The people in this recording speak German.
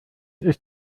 ist